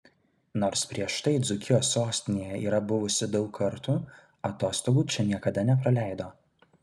nors prieš tai dzūkijos sostinėje yra buvusi daug kartų atostogų čia niekada nepraleido